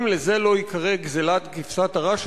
אם לזה לא ייקרא גזלת כבשת הרש,